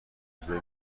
صدای